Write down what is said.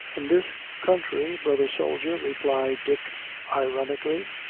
in this country, brother soldier, replied dick ironically,